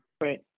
Right